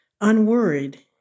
unworried